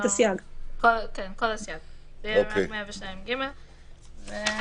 זה יהיה רק 102(ג).